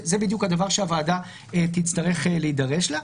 אז זה עניין שהוועדה שלנו תצטרך להידרש לו.